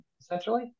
essentially